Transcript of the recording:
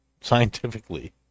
scientifically